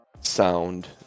sound